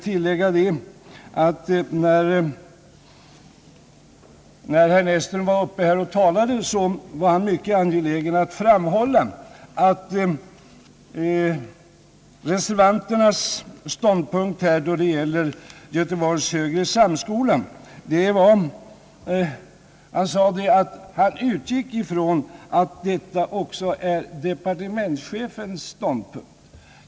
När herr Näsström var uppe och talade var han mycket angelägen om att framhålla reservanternas ståndpunkt beträffande Göteborgs högre samskola. Han sade att han utgick ifrån att detta också är departementschefens ståndpunkt.